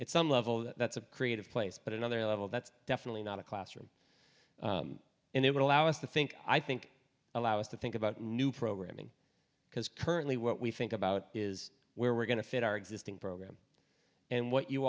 it's some level that's a creative place but another level that's definitely not a classroom and it would allow us to think i think allow us to think about new programming because currently what we think about is where we're going to fit our existing program and what you